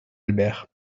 albert